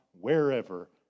wherever